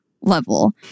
level